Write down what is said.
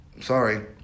Sorry